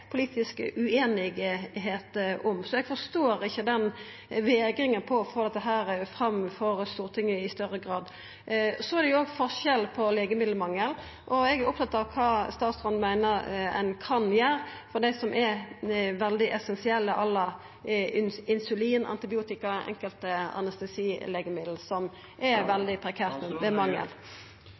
politisk ueinigheit om. Eg forstår ikkje vegringa mot å få dette fram for Stortinget i større grad. Det er òg forskjell på legemiddelmangel. Eg er opptatt av kva statsråden meiner ein kan gjera med dei som er veldig essensielle, à la insulin, antibiotika, enkelte anestesilegemiddel, som er veldig prekære